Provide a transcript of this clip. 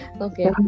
Okay